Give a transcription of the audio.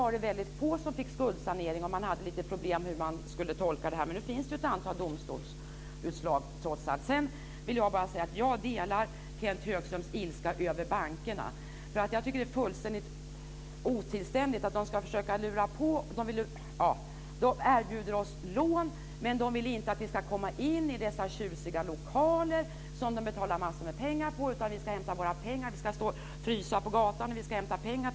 Det var väldigt få som fick skuldsanering och det var problem med tolkningen. Nu finns det trots allt ett antal domstolsutslag. Jag delar Kenth Högströms ilska över bankerna. Jag tycker att de agerar helt otillständigt. De erbjuder oss lån, men de vill inte att vi ska komma till deras fantastiskt tjusiga lokaler som kostar massor av pengar, utan vi ska stå på gatan och frysa i bankomatköer när vi ska hämta våra pengar.